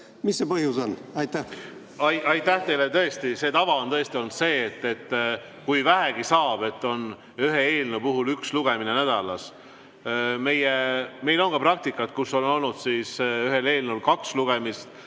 Mis selle põhjus on? Aitäh